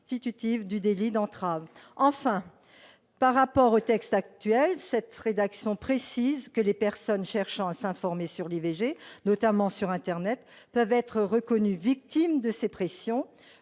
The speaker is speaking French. constitutives du délit d'entrave. Enfin, par rapport au texte actuel, elle précise que les personnes cherchant à s'informer sur l'IVG, notamment sur internet, peuvent être reconnues victimes de ces pressions.